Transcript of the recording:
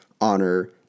honor